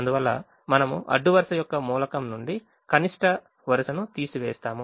అందువల్ల మనము అడ్డు వరుస యొక్క మూలకం నుండి కనిష్ట వరుసను తీసివేస్తాము